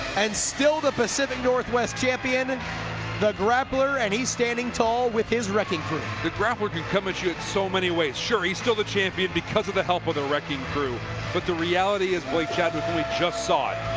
and still the pacific northwest champion and the grappler, and he's standing tall with his wrecking crew. ja the grappler can come at you in so many ways. sure he's still the champion because of the help of the wrecking crew but the reality is blake chadwick we just saw it.